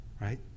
right